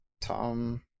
Tom